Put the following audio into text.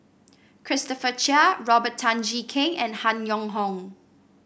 Christopher Chia Robert Tan Jee Keng and Han Yong Hong